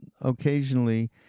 occasionally